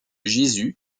jésus